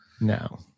no